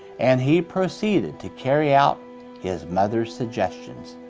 and he proceeded to carry out his mother's suggestions.